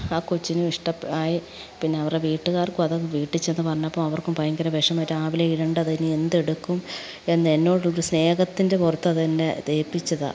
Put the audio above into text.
ആ കൊച്ചിനും ഇഷ്ടപ്പെ ആയി പിന്നെ അവരെ വീട്ടുകാർക്കും അതത് വീട്ടിൽച്ചെന്നു പറഞ്ഞപ്പോൾ അവർക്കും ഭയങ്കര വിഷമമായി രാവിലെ ഇടേണ്ടതാണ് ഇനി എന്തെടുക്കും എന്ന് എന്നോടൊടു സ്നേഹത്തിൻ്റെ പുറത്ത് അതെന്നെ ഏൽപ്പിച്ചതാണ്